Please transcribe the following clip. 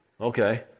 Okay